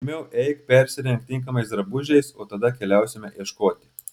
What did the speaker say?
pirmiau eik persirenk tinkamais drabužiais o tada keliausime ieškoti